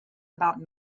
about